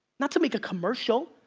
not to make a commercial.